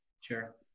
Sure